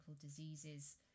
diseases